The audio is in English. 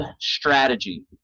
strategy